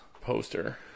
poster